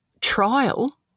trial